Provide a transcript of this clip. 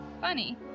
Funny